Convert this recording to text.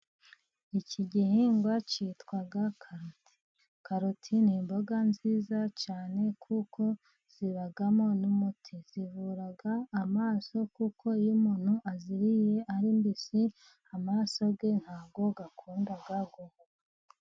Iki gihingwa cyitwa karoti, karoti ni imboga nziza cyane kuko zibamo n'umuti, zivura amaso, kuko iyo umuntu aziriye ari mbisi amaso ye ntabwo akundaga guhuma.